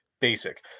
basic